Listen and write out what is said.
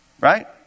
Right